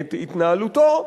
את התנהלותו,